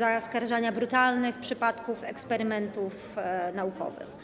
zaskarżania brutalnych przypadków eksperymentów naukowych.